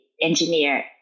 engineer